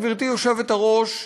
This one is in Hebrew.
גברתי היושבת-ראש,